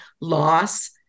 loss